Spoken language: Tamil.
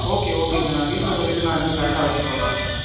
ஓகே ஓகேங்க நான் வீட்டில் சொல்லிவிட்டு நான் இனிமே கரெக்ட்டாக வைக்க சொல்கிறேன்